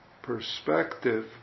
perspective